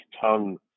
tongue